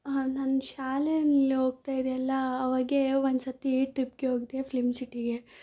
ನಾನು ಶಾಲೆಯಲ್ಲಿ ಹೋಗ್ತಾ ಇದ್ದೆಯಲ್ಲಾ ಅವಾಗ ಒಂದ್ಸತಿ ಟ್ರಿಪ್ಗೆ ಹೋಗ್ದೆ ಫ್ಲಿಮ್ ಸಿಟಿಗೆ